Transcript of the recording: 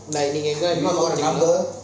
like